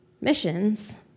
Missions